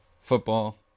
football